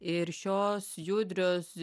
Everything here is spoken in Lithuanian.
ir šios judrios